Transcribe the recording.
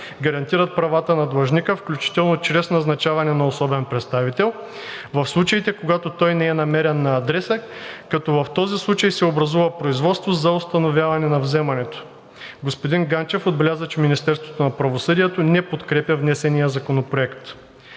гарантират правата на длъжника, включително чрез назначаване на особен представител, в случаите, когато той не е намерен на адреса, като в този случай се образува производство за установяване на вземането. Господин Ганчев отбеляза, че Министерството на правосъдието не подкрепя внесения законопроект.